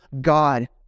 God